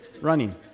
running